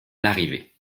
larrivé